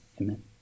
amen